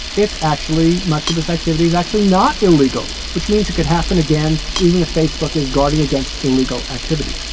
it's actually much of this activity is actually not illegal, which means it could happen again even if facebook is guarding against illegal activity